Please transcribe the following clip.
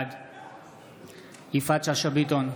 בעד יפעת שאשא ביטון,